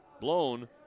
blown